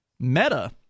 meta